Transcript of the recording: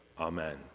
Amen